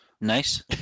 Nice